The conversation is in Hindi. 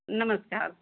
नमस्कार